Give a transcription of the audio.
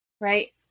Right